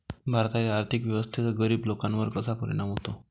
भारताच्या आर्थिक व्यवस्थेचा गरीब लोकांवर कसा परिणाम होतो?